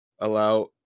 allow